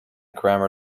grammar